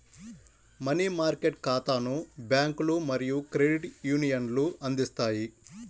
money market ఖాతాలను బ్యాంకులు మరియు క్రెడిట్ యూనియన్లు అందిస్తాయి